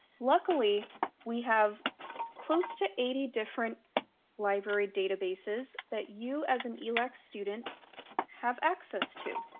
luckily we have close to eighty different library databases that you as an elac student have access to.